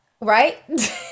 Right